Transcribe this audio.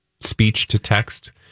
speech-to-text